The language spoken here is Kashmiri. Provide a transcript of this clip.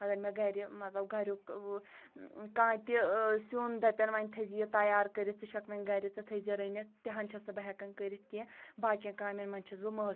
اَگر مےٚ گھرِ مطلب گھریٛک ٲں کانٛہہ تہِ ٲں سیٛن دَپیٚن وۄنۍ تھایزِ یہِ تَیار کٔرِتھ ژٕ چھیٚکھ وۄنۍ گھرِ ژٕ تھٲیزِ رٔنِتھ تہِ ہان چھیٚس نہٕ بہٕ ہیٚکان کٔرِتھ کیٚنٛہہ باقیٚن کامیٚن منٛز چھیٚس بہٕ مٲہر